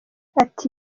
ati